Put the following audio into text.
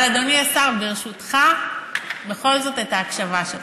אבל, אדוני השר, ברשותך, בכל זאת את ההקשבה שלך.